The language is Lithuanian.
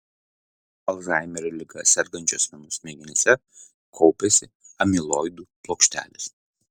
alzheimerio liga sergančių asmenų smegenyse kaupiasi amiloidų plokštelės